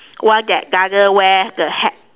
one that doesn't wear the hat